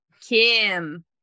Kim